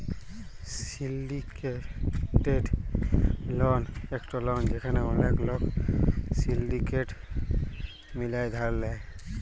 syndicated loan একট loan যেখালে ওলেক লক সিলডিকেট মিলায় ধার লেয়